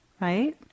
right